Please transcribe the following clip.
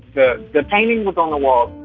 the the painting was on the wall